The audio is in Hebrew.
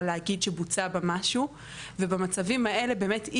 להגיד שבוצע בה משהו ובמצבים האלה באמת,